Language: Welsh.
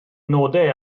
nodau